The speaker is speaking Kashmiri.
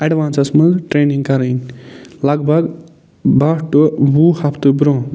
اٮ۪ڈوانسَس منٛز ٹرینٛگ کَرٕنۍ لگ بَگ بہہ ٹُو وُہ ہفتہٕ برونٛہہ